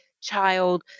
child